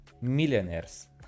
millionaires